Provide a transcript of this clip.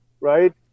right